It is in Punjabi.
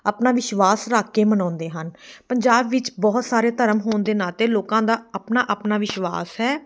ਆਪਣਾ ਵਿਸ਼ਵਾਸ ਰੱਖ ਕੇ ਮਨਾਉਂਦੇ ਹਨ ਪੰਜਾਬ ਵਿੱਚ ਬਹੁਤ ਸਾਰੇ ਧਰਮ ਹੋਣ ਦੇ ਨਾਤੇ ਲੋਕਾਂ ਦਾ ਆਪਣਾ ਆਪਣਾ ਵਿਸ਼ਵਾਸ ਹੈ